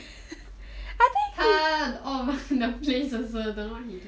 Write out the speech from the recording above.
he all over the he place also don't know he